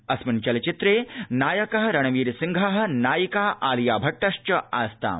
अस्मिन् चलचित्रे नायकः रणवीरसिंहः नायिका आलिया भट्टश्च आस्ताम्